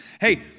Hey